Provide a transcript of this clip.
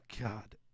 God